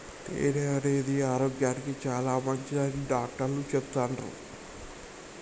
తేనె అనేది ఆరోగ్యానికి చాలా మంచిదని డాక్టర్లు చెపుతాన్రు